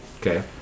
Okay